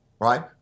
right